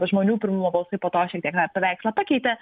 žmonių pirmumo balsai po to šiek tiek na paveikslą pakeitė